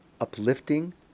uplifting